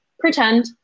pretend